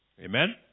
Amen